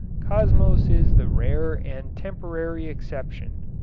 cosmos is the rare and temporary exception.